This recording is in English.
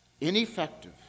ineffective